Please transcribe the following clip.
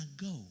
go